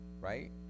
Right